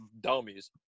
dummies